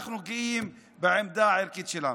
אנחנו גאים בעמדה הערכית שלנו.